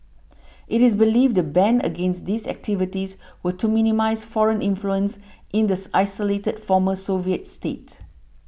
it is believed the ban against these activities were to minimise foreign influence in this isolated former Soviet state